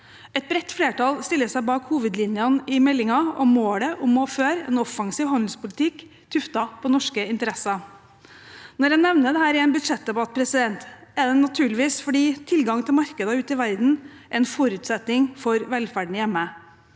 Et bredt flertall stiller seg bak hovedlinjene i meldingen og målet om å føre en offensiv handelspolitikk tuftet på norske interesser. Når jeg nevner dette i en budsjettdebatt, er det naturligvis fordi tilgang til markeder ute i verden er en forutsetning for velferden hjemme.